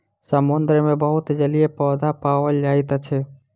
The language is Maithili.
समुद्र मे बहुत जलीय पौधा पाओल जाइत अछि